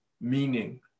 meaning